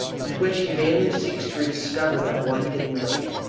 with which he vainly seeks to rediscover that one hidden link.